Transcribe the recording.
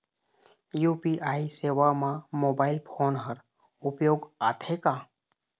UPI सेवा म mobile phone हर उपयोग आथे का?